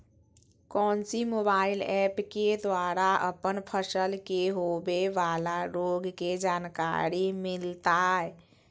कौन सी mobile app के द्वारा अपन फसल के होबे बाला रोग के जानकारी मिलताय?